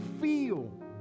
feel